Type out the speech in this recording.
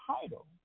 title